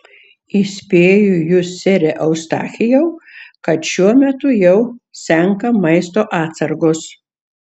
įspėju jus sere eustachijau kad šiuo metu jau senka maisto atsargos